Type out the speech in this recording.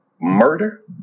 murder